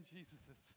Jesus